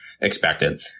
expected